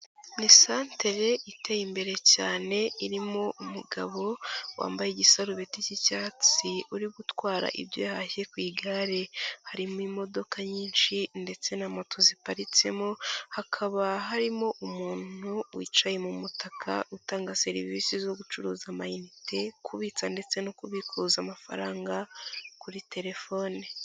Ni santere iteye imbere cyane irimo umugabo wambaye igisarubeti cy'icyatsi uri gutwara ibyo yahashye ku igare harimo imodoka nyinshi ndetse na moto ziparitsemo hakaba harimo umuntu wicaye mu mutaka utanga serivisi zo gucuruza amayinite kubitsa ndetse no kubikuza amafaranga kuri telefoni.